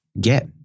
get